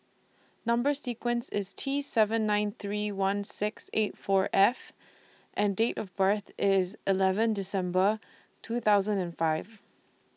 Number sequence IS T seven nine three one six eight four F and Date of birth IS eleven December two thousand and five